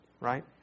Right